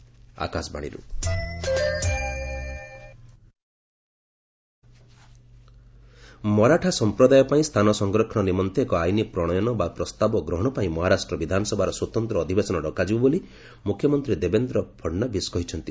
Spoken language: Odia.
ମହା ଅଲ୍ପାର୍ଟି ମରାଠା ସଂପ୍ରଦାୟ ପାଇଁ ସ୍ଥାନ ସଂରକ୍ଷଣ ନିମନ୍ତେ ଏକ ଆଇନ ପ୍ରଣୟନ ବା ପ୍ରସ୍ତାବ ଗ୍ରହଣ ପାଇଁ ମହାରାଷ୍ଟ୍ର ବିଧାନସଭାର ସ୍ୱତନ୍ତ୍ର ଅଧିବେଶନ ଡକାଯିବ ବୋଲି ମୁଖ୍ୟମନ୍ତ୍ରୀ ଦେବେନ୍ଦ୍ର ଫଡନାବିସ୍ କହିଛନ୍ତି